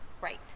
right